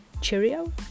Cheerio